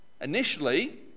initially